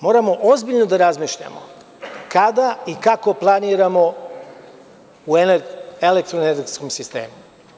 Moramo ozbiljno da razmišljamo kada i kako planiramo u elektroenergetskom sistemu.